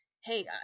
Hey